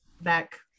back